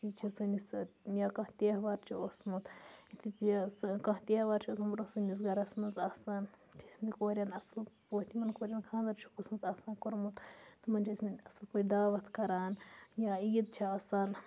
یہِ چھِ سٲنِس یا کانٛہہ تہوار چھُ اوسمُت ییٚتیُک یہِ سُہ کانٛہہ تہوار چھِ اوسمُت بروںٛہہ سٲنِس گَرَس منٛز آسان یُتھُے أسۍ یِمَن کورٮ۪ن اَصٕل یِمَن کورٮ۪ن خاندَر چھُکھ اوسمُت آسان کوٚرمُت تِمَن چھِ ٲسمٕتۍ اَصٕل پٲٹھۍ دعوت کَران یا عیٖد چھِ آسان